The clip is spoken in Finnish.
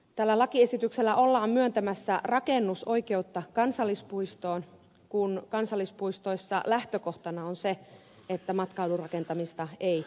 tällä lakiesityksellä ollaan myöntämässä rakennusoikeutta kansallispuistoon kun kansallispuistoissa lähtökohtana on se että matkailurakentamista ei sallita